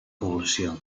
població